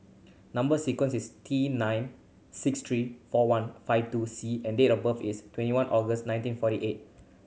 number sequence is T nine six three four one five two C and date of birth is twenty one August nineteen forty eight